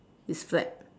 is flat